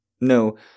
No